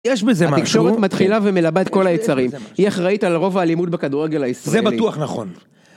יש בזה משהו... התקשורת מתחילה ומלבה את כל היצרים, היא אחראית על רוב האלימות בכדורגל הישראלי. זה בטוח נכון.